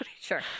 Sure